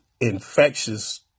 infectious